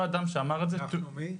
אנחנו מי?